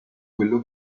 quello